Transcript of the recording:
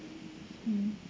mm